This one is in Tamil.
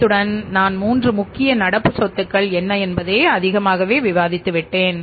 இதனுடன் நான் 3 முக்கிய நடப்பு சொத்துக்கள் என்ன என்பதை அதிகமாகவே விவாதித்து விட்டேன்